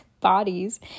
bodies